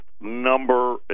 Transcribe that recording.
Number